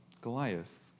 Goliath